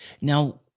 now